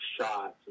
shots